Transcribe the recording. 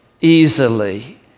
easily